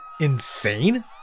insane